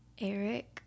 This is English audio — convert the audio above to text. Eric